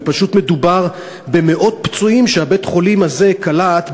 ופשוט מדובר במאות פצועים שבית-החולים הזה קלט,